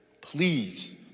Please